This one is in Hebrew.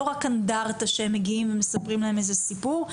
לא רק אנדרטה שהם מגיעים ומספרים להם איזה סיפור,